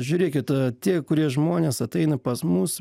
žiūrėkit tie kurie žmonės ateina pas mus